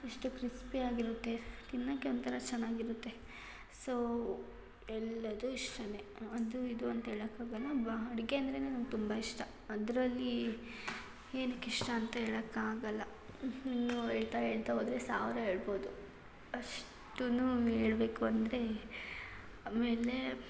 ಎಷ್ಟು ಕ್ರಿಸ್ಪಿಯಾಗಿರುತ್ತೆ ತಿನ್ನಕ್ಕೆ ಒಂಥರಾ ಚೆನ್ನಾಗಿರುತ್ತೆ ಸೋ ಎಲ್ಲವೂ ಇಷ್ಟವೇ ಅದು ಇದು ಅಂತ ಹೇಳಕಾಗಲ್ಲ ಬಾ ಅಡುಗೆ ಅಂದ್ರೆ ನಂಗೆ ತುಂಬ ಇಷ್ಟ ಅದರಲ್ಲಿ ಏನಕ್ಕೆ ಇಷ್ಟ ಅಂತ ಹೇಳಕಾಗಲ್ಲ ಹೇಳ್ತಾ ಹೇಳ್ತಾ ಹೋದ್ರೆ ಸಾವಿರ ಹೇಳ್ಬೋದು ಅಷ್ಟೂ ಹೇಳ್ಬೇಕು ಅಂದರೆ ಆಮೇಲೆ